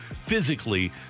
physically